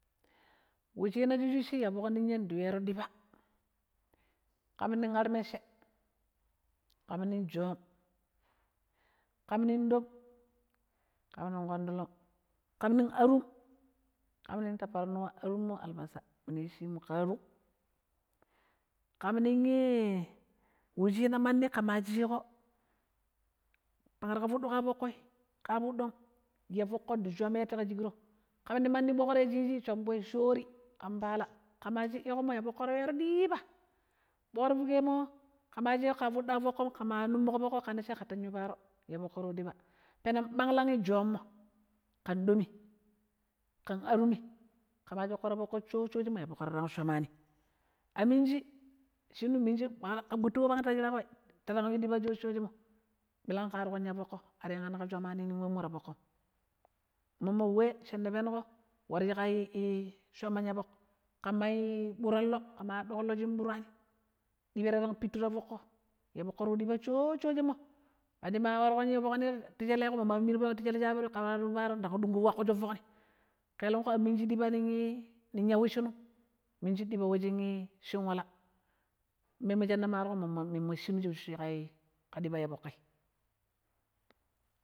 wushina shicucci ya foƙ niya ndi yuwero ɗipa, ƙam ning ar mecche, ƙam ning joom, ƙam ning ɗang, ƙamning ƙondulog, ƙam ning arum ƙam ning tafarnuwa ƙam ning albasa minu yishi shinnamu ƙa arum ƙm ning wucina mandi ƙema chiƙo dunko shaɓɓuƙo ya foƙƙo ƙa fuɗɗom ya foƙƙo ndi shanero te ƙa shiƙro, ƙe ma shiɗɗiƙommoyafoḵko ta yuwero ɗiibaa, ɓoƙra fukee ma ƙema chiƙo ƙa fuɗɗo ya foƙƙom, ƙema nummuƙo ya foƙƙo ƙema tang na yu faro ya foƙƙo ɗiibaa, peneg ɓara we joommo ƙan danghi, ƙan arumii ƙema choƙƙo ta foƙ shoshemmom ya foƙƙo ta shanani,a minji ƙema gɓettuƙo ta foƙƙo ta ranƙ illirero shoshemmo, ɓilang ƙema warƙon ya foƙƙo ari yangni ning wemmom ta foƙƙom moom we shinna penegƙo warshi ƙa cwaman ya foƙ ƙammaiii ɓuran loo ƙema aɗɗuƙo loo shi ɓurani ;dibai tarang pittu ta foƙƙo ya foƙƙo ta yu ɗiba shshenmol mandi ma warƙon ya foƙni ti shele ƙo ƙe ma illiƙeƙo ndang dunƙo wagƙucho foƙni ƙelanƙu a minji ɗipa ning yawecchinum minji ɓara we shin wala, ƙa ɗipa foƙƙi.